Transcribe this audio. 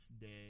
day